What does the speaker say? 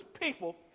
people